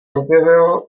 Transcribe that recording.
objevil